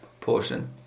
portion